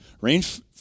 Range